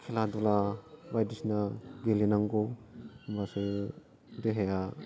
खेला धुला बायदिसिना गेलेनांगौ होमबासो देहाया